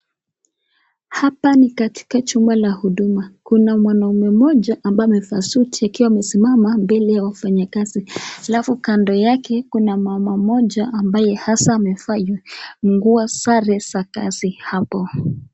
Hapa ni katika chumba la huduma. Kuna mwanaume mmoja ambaye amevaa suti akiwa amesimama mbele ya wafanyakazi. Halafu kando yake kuna mama mmoja ambaye hasa amevaa nguo, sare za kazi hapo.